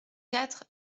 quatre